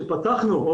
כשפתחנו,